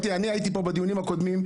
אני הייתי פה בדיונים הקודמים.